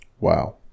wow